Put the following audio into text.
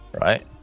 right